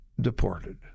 deported